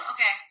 Okay